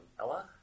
Ella